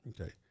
Okay